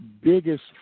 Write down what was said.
biggest